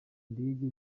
ndege